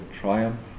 triumph